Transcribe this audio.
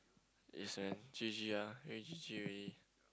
is an G_G ah really G_G already